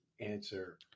answer